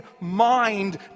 mind